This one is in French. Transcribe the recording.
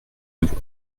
avons